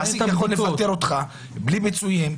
המעסיק יכול לפטר אותך בלי פיצויים.